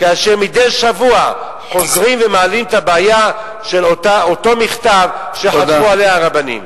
כאשר מדי שבוע חוזרים ומעלים את הבעיה של אותו מכתב שחתמו עליו הרבנים.